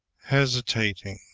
hesitating